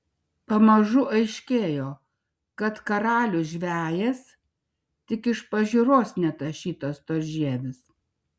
pamažu aiškėjo kad karalius žvejas tik iš pažiūros netašytas storžievis